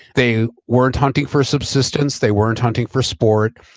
they weren't hunting for subsistence, they weren't hunting for sport.